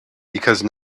because